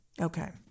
Okay